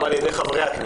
וגם על ידי חברי הכנסת.